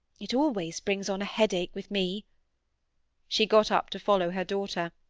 it always brings on a headache with me she got up to follow her daughter,